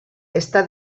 està